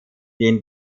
den